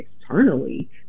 externally